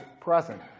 present